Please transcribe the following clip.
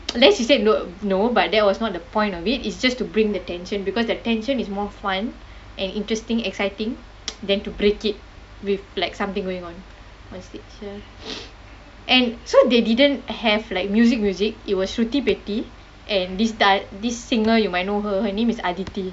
then she said no no but that was not the point of it it's just to bring the tension because the tension is more fun and interesting exciting than to break it with like something going on on stage and so they didn't have like music music it was shruti பெட்டி:shruthi petti and this d~ this singer you might know her her name is adithi